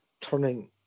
turning